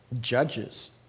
judges